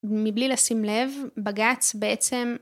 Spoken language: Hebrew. מבלי לשים לב בג"צ בעצם.